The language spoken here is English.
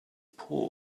paw